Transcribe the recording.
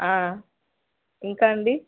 ఇంకా అండి